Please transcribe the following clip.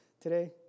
today